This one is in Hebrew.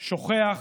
שוכח,